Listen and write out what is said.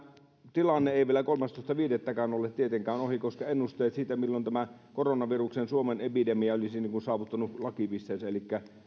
tilanne ei vielä kolmastoista viidettä ole tietenkään ohi koska ennusteet siitä milloin tämä koronaviruksen suomen epidemia olisi saavuttanut lakipisteensä elikkä